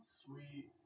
sweet